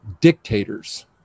dictators